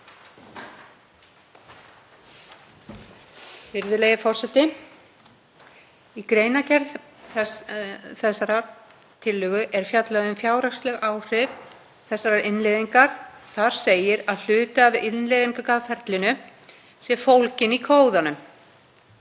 Virðulegi forseti. Í greinargerð þessarar tillögu er fjallað um fjárhagsleg áhrif þessarar innleiðingar. Þar segir að hluti af innleiðingarferlinu sé fólginn í Kóðanum